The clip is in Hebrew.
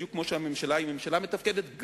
בדיוק כמו שהממשלה היא ממשלה מתפקדת,